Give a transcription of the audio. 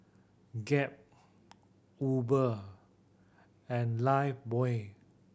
Gap Uber and Lifebuoy